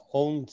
own